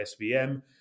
SVM